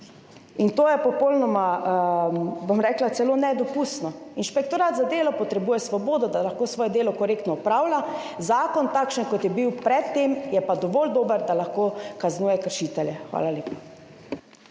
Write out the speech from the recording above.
To je popolnoma, bom rekla, celo nedopustno. Inšpektorat za delo potrebuje svobodo, da lahko svoje delo korektno opravlja. Zakon, takšen kot je bil pred tem, je pa dovolj dober, da lahko kaznuje kršitelje. Hvala lepa.